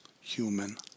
human